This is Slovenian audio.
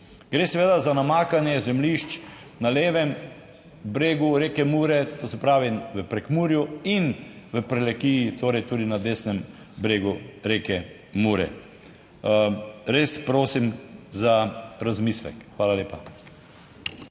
Gre seveda za namakanje zemljišč na levem bregu reke Mure, to se pravi v Prekmurju in v Prlekiji, torej tudi na desnem bregu reke Mure. Res prosim za razmislek. Hvala lepa.